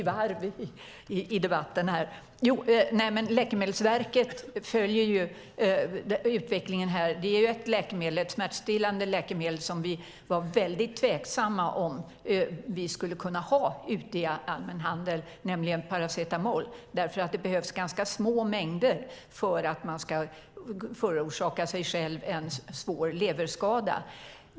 Fru talman! Läkemedelsverket följer ju utvecklingen. Ett smärtstillande läkemedel som vi var väldigt tveksamma till om vi skulle kunna ha ute i handeln var paracetamol, därför att det behövs ganska små mängder för att man ska förorsaka sig själv en svår leverskada.